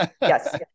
Yes